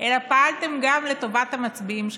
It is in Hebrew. אלא פעלתם גם לטובת המצביעים שלכם,